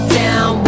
down